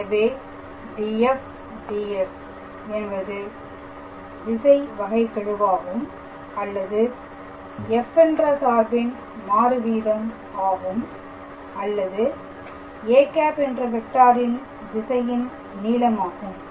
எனவே Df Ds என்பது திசைவகைகெழுவாகும் அல்லது f என்ற சார்பின் மாறு வீதம் ஆகும் அல்லது a என்ற வெக்டாரின் திசையின் நீளமாகும்